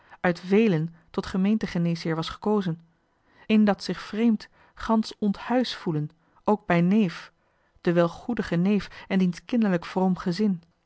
uit vélen tot gemeente geneesheer was gekozen in dat zich vreemd gansch onthuis voelen ook bij neef den wel goedigen neef en diens kinderlijk vroom gezin